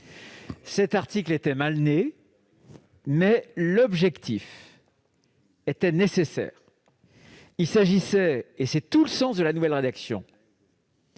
Cet article était mal né, mais il répondait à une nécessité. Il s'agissait- c'est tout le sens de la nouvelle rédaction